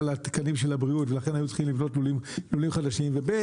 תקני הבריאות ולכן היו צריכים לבנות לולים חדשים וב',